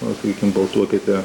na kaip nubalsuokite